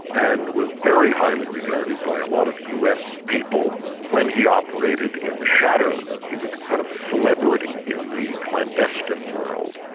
and was very highly regarded by a lot of us people when he operated in the shadows. he was kind of celebrity in the clandestine world.